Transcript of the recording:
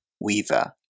Weaver